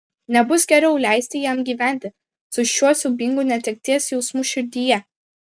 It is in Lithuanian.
nebus geriau leisti jam gyventi su šiuo siaubingu netekties jausmu širdyje